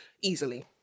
easily